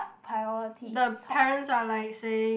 priority top